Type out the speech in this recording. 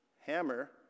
Hammer